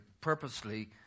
purposely